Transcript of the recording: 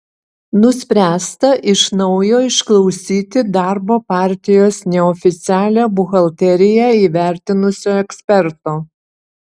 nuspręsta iš naujo išklausyti darbo partijos neoficialią buhalteriją įvertinusio eksperto